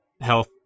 health